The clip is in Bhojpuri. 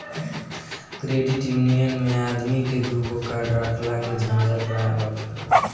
क्रेडिट यूनियन मे आदमी के दूगो कार्ड रखला के झंझट ना होत हवे